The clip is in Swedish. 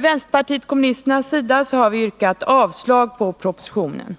Vänsterpartiet kommunisterna har yrkat avslag på propositionen.